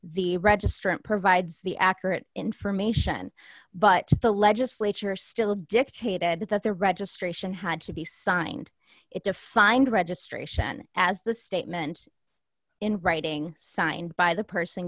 the registrant provides the accurate information but the legislature still dictated that the registration had to be signed it defined registration as the statement in writing signed by the person